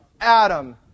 Adam